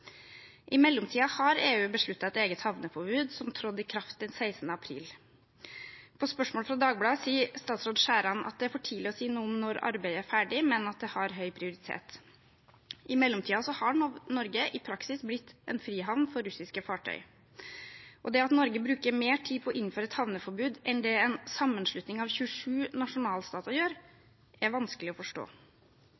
I mellomtiden har EU besluttet et eget havneforbud, som trådte i kraft den 16. april. På spørsmål fra Dagbladet sier statsråd Skjæran at det er for tidlig å si noe om når arbeidet er ferdig, men at det har høy prioritet. I mellomtiden har Norge i praksis blitt en frihavn for russiske fartøy. Det at Norge bruker mer tid på å innføre et havneforbud enn det en sammenslutning av 27 nasjonalstater gjør,